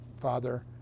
Father